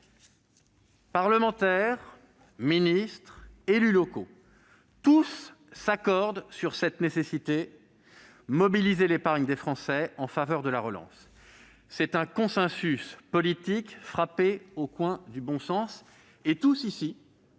Parlementaires, ministres et élus locaux s'accordent sur la nécessité de mobiliser l'épargne des Français en faveur de la relance. C'est un consensus politique frappé au coin du bon sens. Ce matin,